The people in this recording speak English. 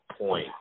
point